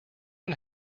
one